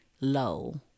low